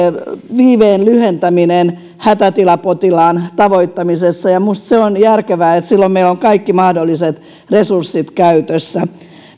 viiveen lyhentäminen hätätilapotilaan tavoittamisessa minusta se on järkevää että silloin meillä on kaikki mahdolliset resurssit käytössä